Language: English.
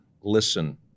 listen